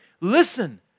Listen